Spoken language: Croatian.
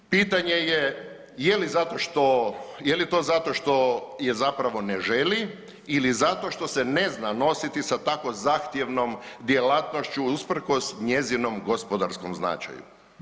Pitanje je, je li to zato što zapravo ne želi ili zato što se ne zna nositi sa tako zahtjevnom djelatnošću usprkos njezinom gospodarskom značaju?